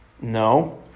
No